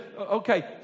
okay